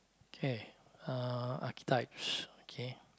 K uh archetypes okay